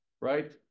right